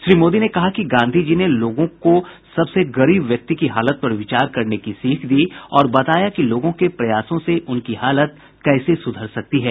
श्री मोदी ने कहा कि गांधी जी ने लोगों को सबसे गरीब व्यक्ति की हालत पर विचार करने की सीख दी और बताया कि लोगों के प्रयासों से उनकी हालत कैसे सुधर सकती है